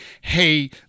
Hey